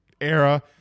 era